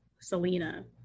Selena